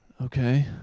Okay